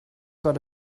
got